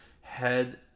head